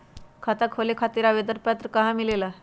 खाता खोले खातीर आवेदन पत्र कहा मिलेला?